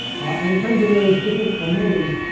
and in terms of those different omegas,